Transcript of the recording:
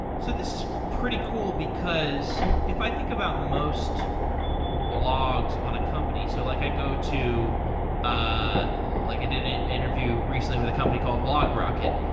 so this is pretty cool, because if i think about most blogs on a company, so like i go to ah like i did an interview recently with a company called logrocket,